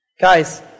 Guys